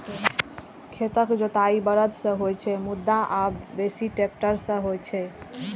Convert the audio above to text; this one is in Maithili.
खेतक जोताइ बरद सं सेहो होइ छै, मुदा आब बेसी ट्रैक्टर सं होइ छै